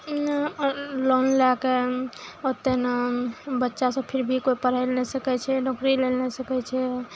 loan लए कऽ ओते ने बच्चा सब फिर भी कोइ पढ़य लए नहि सकय छै नौकरी लै लए नहि सकय छै